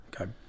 Okay